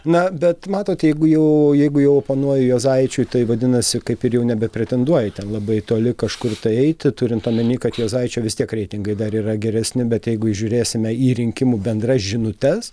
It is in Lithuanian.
na bet matote jeigu jau jeigu jau oponuoju juozaičiui tai vadinasi kaip ir jau nebepretenduoji ten labai toli kažkur eiti turint omenyje kad juozaičio vis tiek reitingai dar yra geresni bet jeigu žiūrėsime į rinkimų bendras žinutes